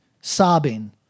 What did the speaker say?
sobbing